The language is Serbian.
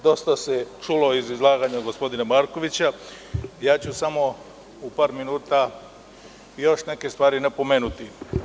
Dosta se čulo iz predlaganja gospodina Markovića, a ja ću samo u par minuta još neke stvari napomenuti.